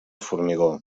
formigó